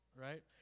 Right